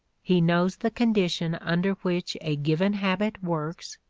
he knows the conditions under which a given habit works,